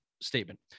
statement